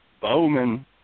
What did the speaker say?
Bowman